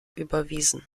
überwiesen